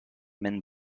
mène